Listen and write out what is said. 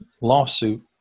lawsuit